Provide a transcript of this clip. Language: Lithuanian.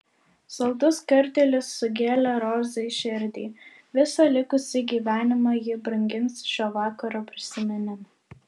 saldus kartėlis sugėlė rozai širdį visą likusį gyvenimą ji brangins šio vakaro prisiminimą